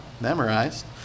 Memorized